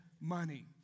money